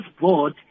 board